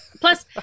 Plus